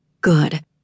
Good